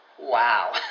Wow